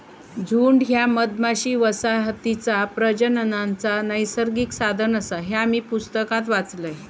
झुंड ह्या मधमाशी वसाहतीचा प्रजननाचा नैसर्गिक साधन आसा, ह्या मी पुस्तकात वाचलंय